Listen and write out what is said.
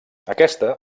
aquesta